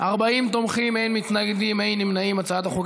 להעביר את הצעת חוק